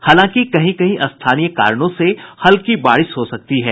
हालांकि कहीं कहीं स्थानीय कारणों से हल्की बारिश हो सकती है